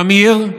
שמיר,